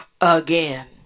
again